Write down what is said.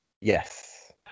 Yes